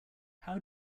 how